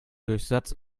durchsatz